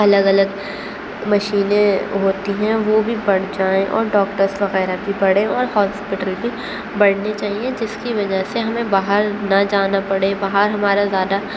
الگ الگ مشینیں ہوتی ہیں وہ بھی بڑھ جائیں اور ڈاکٹرس وغیرہ بھی بڑھیں اور ہاسپیٹل بھی بڑھنے چاہیے جس کی وجہ سے ہمیں باہر نہ جانا پڑے باہر ہمارا زیادہ